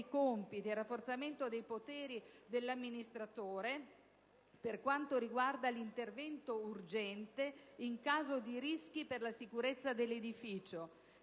il rafforzamento dei poteri dell'amministratore per quanto riguarda l'intervento urgente in caso di rischi per la sicurezza dell'edificio,